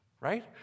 right